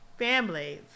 Fanblades